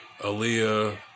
Aaliyah